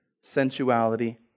sensuality